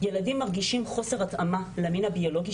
ילדים מרגישים חוסר התאמה למין הביולוגי